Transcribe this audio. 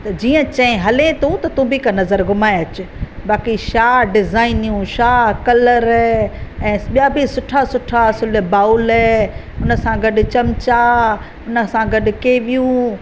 त जीअं चएं हलें तूं त तूं बि हिकु नज़र घुमाए अचु बाक़ी छा डिज़ाइनियूं छा कलर ऐं ॿिया बि सुठा सुठा असुलु बाउल हुनसां गॾु चमचा हुनसां गॾु केवियूं